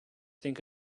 think